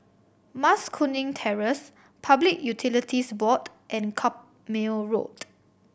Mas Kuning Terrace Public Utilities Board and Carpmael Road